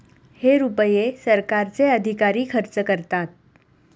हे रुपये सरकारचे अधिकारी खर्च करतात